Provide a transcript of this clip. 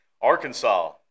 Arkansas